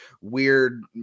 weird